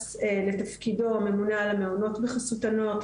בנושא תנאי העסקה של עובדי רשות חסות הנוער.